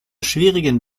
schwierigen